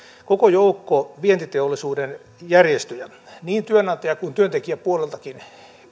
koko joukko vientiteollisuuden järjestöjä niin työnantaja kuin työntekijäpuoleltakin